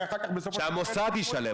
שהמוסד ישלם.